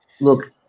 look